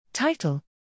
Title